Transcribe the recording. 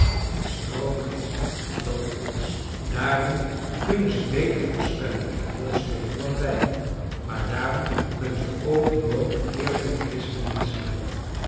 en stroomgeesten dan met ons daarom kunnen ze beter voorspellen en vioolspelen dan wij maar daarom kunnen ze ook nooit eerlijke christenmenschen worden